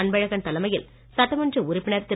அன்பழகன் தலைமையில் சட்டமன்ற உறுப்பினர் திரு